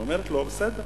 ואומרת לו: בסדר,